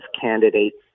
candidates